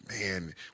man